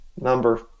Number